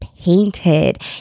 painted